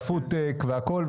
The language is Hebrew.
ל-"foot-tech" והכל.